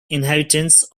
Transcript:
inheritance